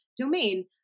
domain